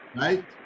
Right